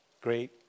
Great